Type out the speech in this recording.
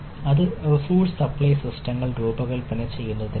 അത് resource supply സിസ്റ്റങ്ങൾ രൂപകൽപ്പന ചെയ്യുന്നതിനാണ്